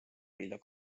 vilja